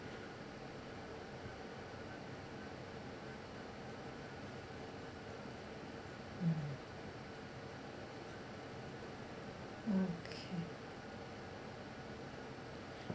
mm okay